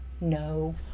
No